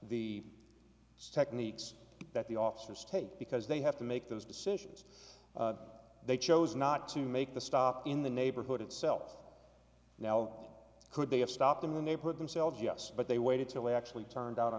the techniques that the officers take because they have to make those decisions they chose not to make the stop in the neighborhood itself now could they have stopped them when they put themselves yes but they waited till they actually turned